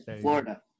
Florida